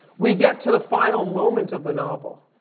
we get to the final moment of the novel,